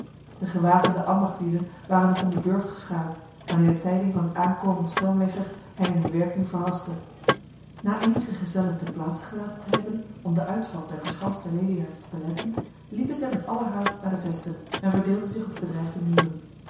de gewapende ambachtslieden waren nog om de burcht geschaard wanneer de tijding van het aankomend stormleger hen in hun werking verraste na enige gezellen ter plaatse gelaten te hebben om de uitval der verschanste leliaards te beletten liepen zij met allerhaast naar de vesten en verdeelden zich op de bedreigde muren